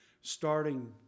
Starting